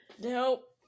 Nope